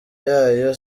yayo